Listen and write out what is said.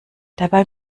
dabei